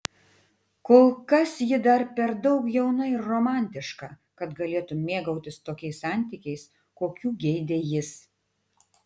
kol kas ji dar per daug jauna ir romantiška kad galėtų mėgautis tokiais santykiais kokių geidė jis